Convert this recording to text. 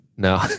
No